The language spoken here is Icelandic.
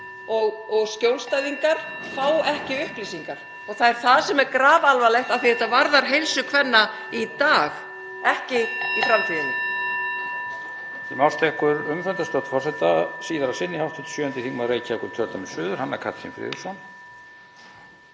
og skjólstæðingar fá ekki upplýsingar. (Forseti hringir.) Það er það sem er grafalvarlegt af því að þetta varðar heilsu kvenna í dag, ekki í framtíðinni.